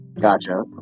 gotcha